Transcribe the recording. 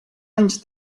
anys